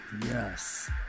Yes